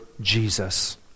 Jesus